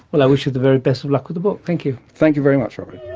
well, i wish you the very best of luck with the book, thank you. thank you very much robyn.